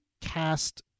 cast